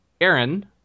Aaron